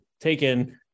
taken